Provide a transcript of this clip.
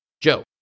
Joe